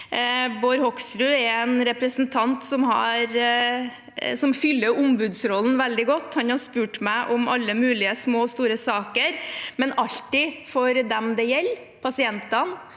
Bård Hoksrud er en representant som fyller ombudsrollen veldig godt. Han har spurt meg om alle mulige saker, små og store, men alltid for dem det gjelder – pasientene,